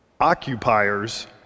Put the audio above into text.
occupiers